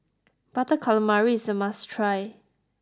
Butter Calamari is a must try